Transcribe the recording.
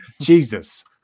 Jesus